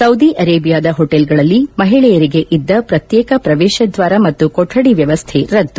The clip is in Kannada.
ಸೌದಿ ಅರೆಬಿಯಾದ ಹೋಟೆಲ್ಗಳಲ್ಲಿ ಮಹಿಳೆಯರಿಗೆ ಇದ್ದ ಪ್ರತ್ಯೇಕ ಪ್ರವೇಶದ್ವಾರ ಮತ್ತು ಕೊಠಡಿ ವ್ಚವಸ್ಥೆ ರದ್ದು